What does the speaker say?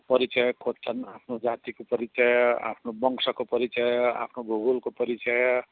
परियच खोज्छन् आफ्नो जातिको परिचय आफ्नो वंशको परिचय आफ्नो भूगोलको परिचय